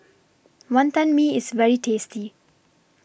Wantan Mee IS very tasty